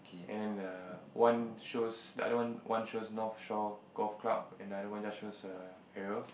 and then err one shows the other one one shows North Shore Golf Club another one just show err Aerial